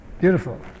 Beautiful